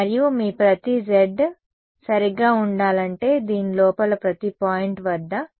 మరియు మీ ప్రతి z సరిగ్గా ఉండాలంటే దీని లోపల ప్రతి పాయింట్ వద్ద ఇది సున్నా కాదు